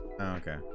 Okay